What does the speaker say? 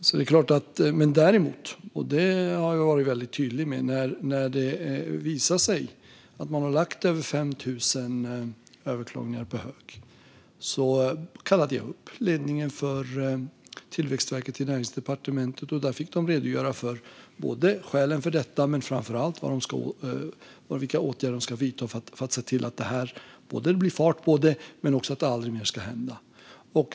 Jag har dock varit väldigt tydlig, och när det visade sig att man lagt över 5 000 överklaganden på hög kallade jag upp ledningen för Tillväxtverket till Näringsdepartementet. De fick redogöra för skälen till detta men framför allt vilka åtgärder de ska vidta för att se till både att det blir fart på det och att det aldrig mer händer.